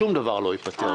שום דבר לא ייתפר,